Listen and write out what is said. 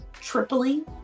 tripling